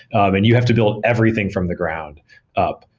and you have to build everything from the ground up.